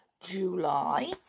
July